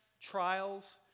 trials